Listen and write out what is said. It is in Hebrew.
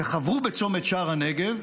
שחברו בצומת שער הנגב,